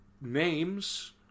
names